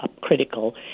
critical